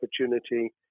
opportunity